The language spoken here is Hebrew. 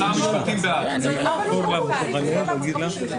מי צריך פה את ההגנה שלנו?